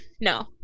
no